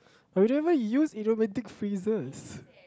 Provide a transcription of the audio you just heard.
but then why you use idiomatic phrases